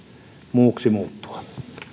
muuksi muuttua